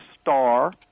star